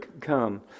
come